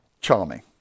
charming